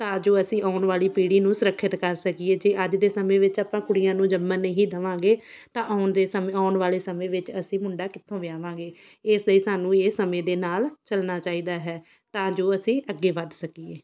ਤਾਂ ਜੋ ਅਸੀਂ ਆਉਣ ਵਾਲੀ ਪੀੜ੍ਹੀ ਨੂੰ ਸੁਰੱਖਿਅਤ ਕਰ ਸਕੀਏ ਜੇ ਅੱਜ ਦੇ ਸਮੇਂ ਵਿੱਚ ਆਪਾਂ ਕੁੜੀਆਂ ਨੂੰ ਜੰਮਣ ਨਹੀਂ ਦੇਵਾਂਗੇ ਤਾਂ ਆਉਣ ਦੇ ਸਮੇਂ ਆਉਣ ਵਾਲੇ ਸਮੇਂ ਵਿੱਚ ਅਸੀਂ ਮੁੰਡਾ ਕਿੱਥੋਂ ਵਿਆਵਾਂਗੇ ਇਸ ਲਈ ਸਾਨੂੰ ਇਹ ਸਮੇਂ ਦੇ ਨਾਲ਼ ਚੱਲਣਾ ਚਾਹੀਦਾ ਹੈ ਤਾਂ ਜੋ ਅਸੀਂ ਅੱਗੇ ਵੱਧ ਸਕੀਏ